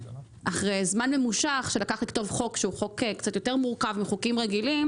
אחרי זמן ממושך שלקח לכתוב חוק שהוא קצת יותר מורכב מחוקים רגילים